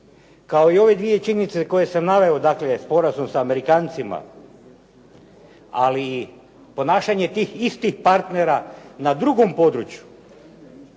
kao i ove dvije činjenice koje sam naveo, dakle sporazum sa Amerikancima, ali ponašanje tih istih partnera na drugom području,